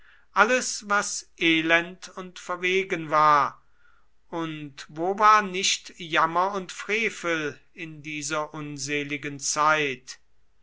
alles was elend und verwegen war und wo war nicht jammer und frevel in dieser unseligen zeit